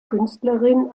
künstlerin